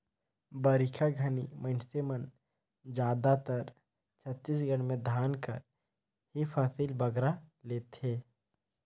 बरिखा घनी मइनसे मन जादातर छत्तीसगढ़ में धान कर ही फसिल बगरा लेथें